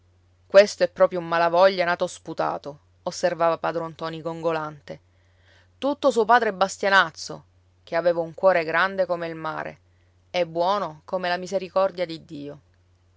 questo è proprio un malavoglia nato sputato osservava padron ntoni gongolante tutto suo padre bastianazzo che aveva un cuore grande come il mare e buono come la misericordia di dio